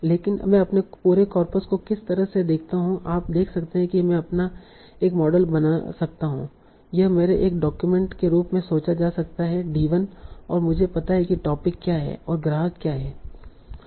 लेकिन मैं अपने पूरे कॉर्पस को किस तरह से देखता हूं आप देख सकते हैं कि मैं अपना एक मॉडल बना सकता हूं यह मेरे एक डॉक्यूमेंट के रूप में सोचा जा सकता है d1 और मुझे पता है कि टोपिक क्या हैं और ग्राहक क्या हैं